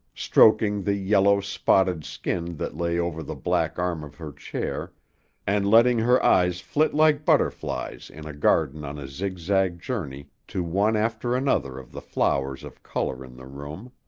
stroking the yellow, spotted skin that lay over the black arm of her chair and letting her eyes flit like butterflies in a garden on a zigzag journey to one after another of the flowers of color in the room.